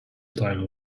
time